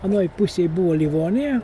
anoj pusėj buvo livonija